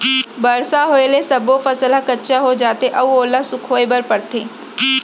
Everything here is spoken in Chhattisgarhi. बरसा होए ले सब्बो फसल ह कच्चा हो जाथे अउ ओला सुखोए बर परथे